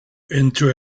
into